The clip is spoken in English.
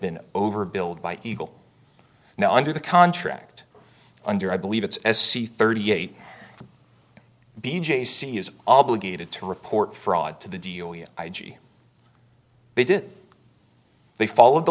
been overbilled by eagle now under the contract under i believe it's as c thirty eight b j c is obligated to report fraud to the delia i g they did they followed the